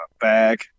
bag